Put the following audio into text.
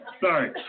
Sorry